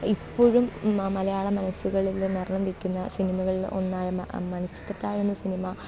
ഇപ്പോഴും മലയാളമനസ്സുകളിൽ നിറഞ്ഞ് നിൽക്കുന്ന സിനിമകളിൽ ഒന്നായ മണിച്ചിത്രതാഴെന്ന സിനിമ